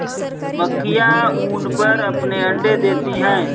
मक्खियाँ ऊन पर अपने अंडे देती हैं